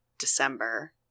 December